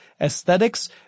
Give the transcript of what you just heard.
aesthetics